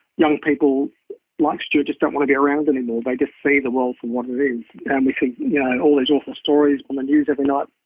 young people like stuart just don't want to be around anymore, they just see the world for what it is. and we see yeah all these awful stories on the news every night,